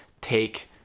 take